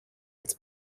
its